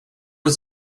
was